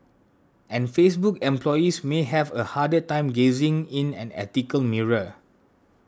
and Facebook employees may have a harder time gazing in an ethical mirror